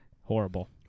Horrible